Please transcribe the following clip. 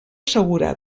segura